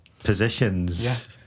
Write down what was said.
positions